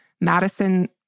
Madison